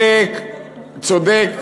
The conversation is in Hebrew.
הוא היה מסתדר,